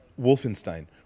wolfenstein